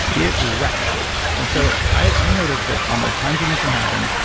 it wrecks you. and so i i noticed that on the times when this one happened,